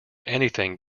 anything